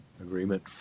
agreement